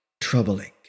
troubling